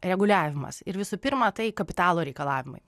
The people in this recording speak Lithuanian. reguliavimas ir visų pirma tai kapitalo reikalavimai